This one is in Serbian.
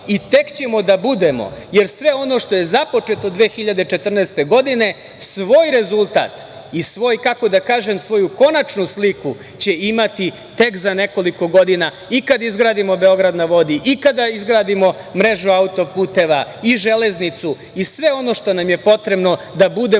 ćemo da budemo, jer sve ono što je započeto 2014. godine, svoj rezultat i svoj, kako da kažem, svoju konačnu sliku će imati tek za nekoliko godina i kad izgradimo „Beograd na vodi“, i kada izgradimo mrežu autoputeva, i železnicu, i sve ono što nam je potrebno da budemo definitivno